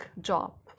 job